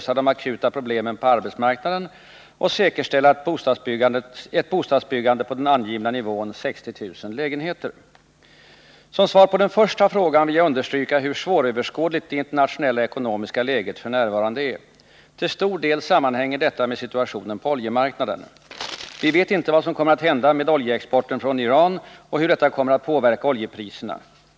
Som svar på den första frågan vill jag understryka hur svåröverskådligt det internationella ekonomiska läget f. n. är. Till stor del sammanhänger detta med situationen på oljemarknaden. Vi vet inte vad som kommer att hända med oljeexporten från Iran och hur detta kommer att påverka oljepriserna.